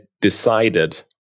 decided